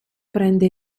prende